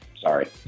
Sorry